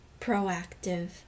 proactive